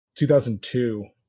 2002